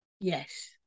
Yes